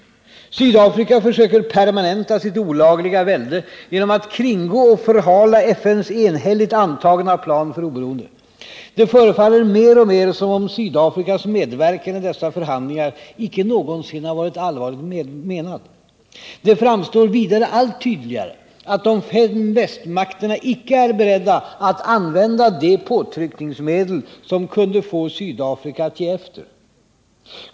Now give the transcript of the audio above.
Sydafrika försöker permanenta sitt olagliga välde genom att kringgå och förhala FN:s enhälligt antagna plan för oberoende. Det förefaller mer och mer som om Sydafrikas medverkan i dessa förhandlingar icke någonsin varit allvarligt menad. Det framstår vidare allt tydligare att de fem västmakterna icke är beredda att använda de påtryckningsmedel som kunde få Sydafrika att ge efter.